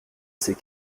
ses